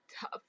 tough